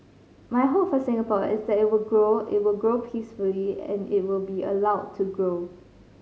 my hope for Singapore is that it will grow it will grow peacefully and it will be allowed to grow